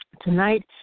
tonight